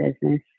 business